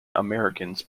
americans